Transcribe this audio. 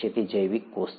તે જૈવિક કોષ છે